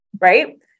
right